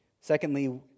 Secondly